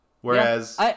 Whereas